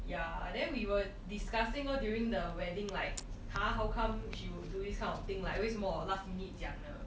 ya then we were discussing orh during the wedding like !huh! how come she would do this kind of thing like 为什么 last minute 讲呢